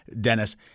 Dennis